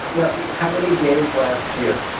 no. how many gave last year?